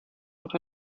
noch